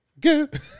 good